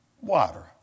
water